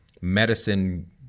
medicine